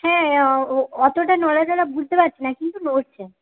হ্যাঁ অতটা নড়াচড়া বুঝতে পারছি না কিন্তু নড়ছে